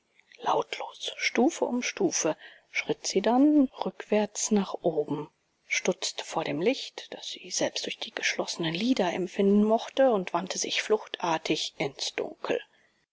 lautlos stufe um stufe schritt sie dann rückwärts nach oben stutzte vor dem licht das sie selbst durch die geschlossenen lider empfinden mochte und wandte sich fluchtartig ins dunkel